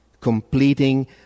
completing